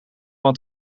want